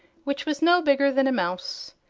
which was no bigger than a mouse.